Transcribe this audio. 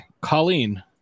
Colleen